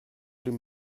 den